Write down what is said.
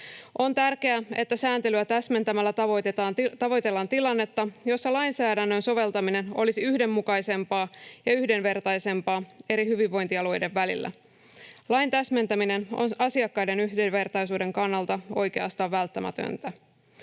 On tärkeää, että sääntelyä täsmentämällä tavoitellaan tilannetta, jossa lainsäädännön soveltaminen olisi yhdenmukaisempaa ja yhdenvertaisempaa eri hyvinvointialueiden välillä. Lain täsmentäminen on asiakkaiden yhdenvertaisuuden kannalta oikeastaan välttämätöntä.